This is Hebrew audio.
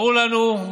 ברור לנו,